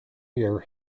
year